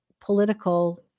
political